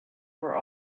were